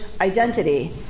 identity